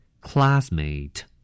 Classmate